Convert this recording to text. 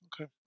Okay